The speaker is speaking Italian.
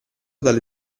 dalle